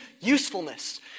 usefulness